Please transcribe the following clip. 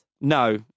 No